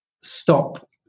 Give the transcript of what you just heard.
stop